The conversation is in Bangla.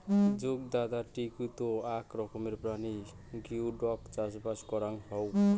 জুগদার টিকৌতে আক রকমের প্রাণী গিওডক চাষবাস করাং হউক